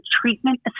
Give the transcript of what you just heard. treatment